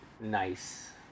nice